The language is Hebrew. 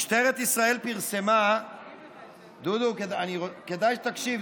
משטרת ישראל פרסמה, דודו, כדאי שתקשיב.